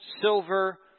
silver